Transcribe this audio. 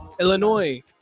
Illinois